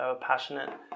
passionate